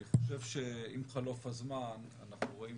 אני חושב שעם חלוף הזמן אנחנו רואים